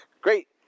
great